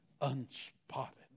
unspotted